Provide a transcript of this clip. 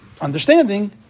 understanding